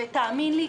תאמין לי,